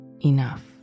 enough